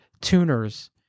tuners